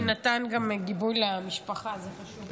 הוא גם נתן גיבוי למשפחה, זה חשוב.